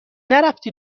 نرفتی